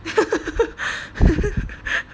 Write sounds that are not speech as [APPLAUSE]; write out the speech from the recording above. [LAUGHS]